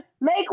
Make